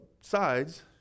sides